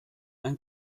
ein